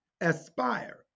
aspire